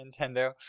Nintendo